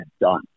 done